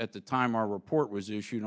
at the time our report was issued